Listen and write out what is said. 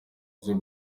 z’u